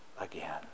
again